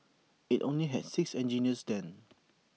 IT only had six engineers then